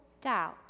doubt